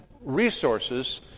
resources